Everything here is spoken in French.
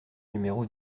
numéro